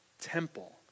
temple